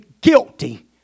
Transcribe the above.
guilty